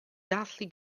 dathlu